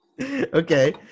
Okay